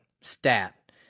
stat